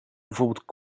bijvoorbeeld